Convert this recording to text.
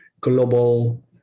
global